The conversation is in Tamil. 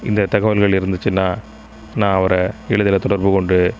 இந்த தகவல்கள் இருந்துச்சுன்னா நான் அவரை இல்லத்தில் தொடர்பு கொண்டு